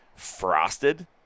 Frosted